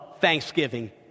Thanksgiving